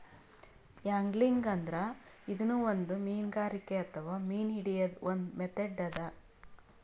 angling ಅಂದ್ರ ಇದೂನು ಒಂದ್ ಮೀನ್ಗಾರಿಕೆ ಅಥವಾ ಮೀನ್ ಹಿಡ್ಯದ್ದ್ ಒಂದ್ ಮೆಥಡ್ ಅದಾ